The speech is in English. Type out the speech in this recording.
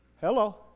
Hello